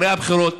אחרי הבחירות,